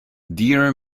dear